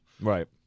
Right